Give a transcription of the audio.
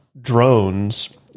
drones